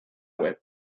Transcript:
web